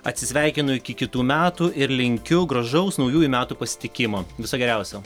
atsisveikinu iki kitų metų ir linkiu gražaus naujųjų metų pasitikimo viso geriausio